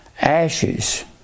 ashes